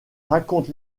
raconte